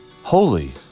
holy